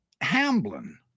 Hamblin